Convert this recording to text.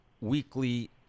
weekly